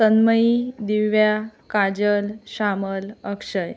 Tanmayi Divya Kajal Shamal Akshay